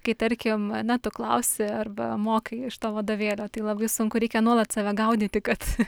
kai tarkim na tu klausi arba mokai iš to vadovėlio tai labai sunku reikia nuolat save gaudyti kad